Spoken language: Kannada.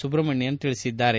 ಸುಬ್ರಹ್ಮಣ್ಯನ್ ಹೇಳಿದ್ದಾರೆ